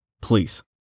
Please